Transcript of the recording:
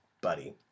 buddy